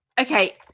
okay